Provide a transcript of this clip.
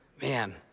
man